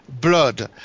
blood